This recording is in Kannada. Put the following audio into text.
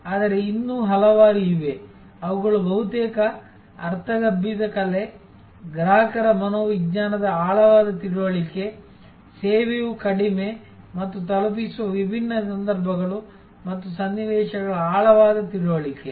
ಆದರೆ ಇನ್ನೂ ಹಲವಾರು ಇವೆ ಅವುಗಳು ಬಹುತೇಕ ಅರ್ಥಗರ್ಭಿತ ಕಲೆ ಗ್ರಾಹಕರ ಮನೋವಿಜ್ಞಾನದ ಆಳವಾದ ತಿಳುವಳಿಕೆ ಸೇವೆಯು ಕಡಿಮೆ ಮತ್ತು ತಲುಪಿಸುವ ವಿಭಿನ್ನ ಸಂದರ್ಭಗಳು ಮತ್ತು ಸನ್ನಿವೇಶಗಳ ಆಳವಾದ ತಿಳುವಳಿಕೆ